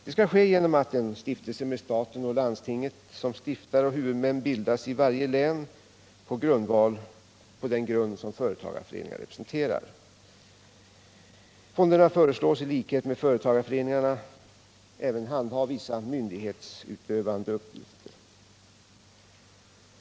Det skall ske genom att en stiftelse med staten och landstinget som stiftare och huvudmän bildas i varje län på den grund som företagarföreningarna representerar. Fonderna föreslås, i likhet med vad som gäller företagarföreningarna, även handha vissa myndighetsutövande uppgifter.